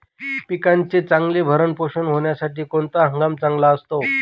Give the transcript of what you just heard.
पिकाचे चांगले भरण पोषण होण्यासाठी कोणता हंगाम चांगला असतो?